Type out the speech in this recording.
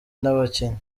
n’abakinnyi